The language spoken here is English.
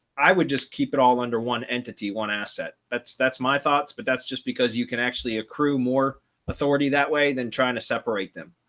i would just keep it all under one entity, one asset. that's that's my thoughts. but that's just because you can actually accrue more authority that way, then try and a separate them.